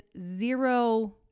zero